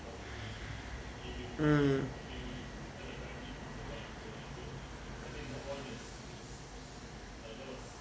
mm